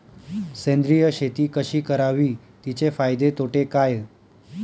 सेंद्रिय शेती कशी करावी? तिचे फायदे तोटे काय?